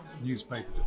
newspaper